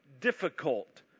difficult